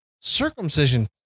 circumcision